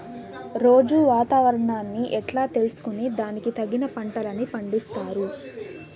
రోజూ వాతావరణాన్ని ఎట్లా తెలుసుకొని దానికి తగిన పంటలని పండిస్తారు?